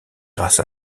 grâce